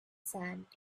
sand